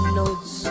notes